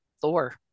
Thor